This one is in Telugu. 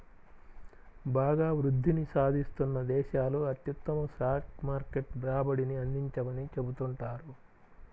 బాగా వృద్ధిని సాధిస్తున్న దేశాలు అత్యుత్తమ స్టాక్ మార్కెట్ రాబడిని అందించవని చెబుతుంటారు